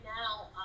now